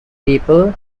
people